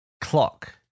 clock